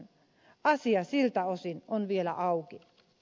asia siltä osin on vielä auki